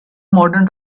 modern